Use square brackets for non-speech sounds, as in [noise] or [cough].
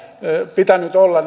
pitänyt olla [unintelligible]